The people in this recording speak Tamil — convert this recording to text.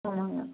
ஆமாங்க